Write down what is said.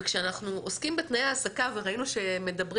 כשאנחנו עוסקים בתנאי ההעסקה וראינו שמדברים